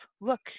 Look